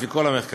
לפי כל המחקרים,